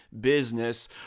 business